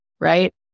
right